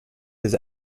his